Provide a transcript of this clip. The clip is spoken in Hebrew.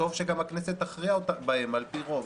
טוב שגם הכנסת תכריע בהם על פי רוב,